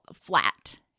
flat